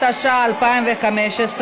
התשע"ה 2015,